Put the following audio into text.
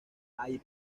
hay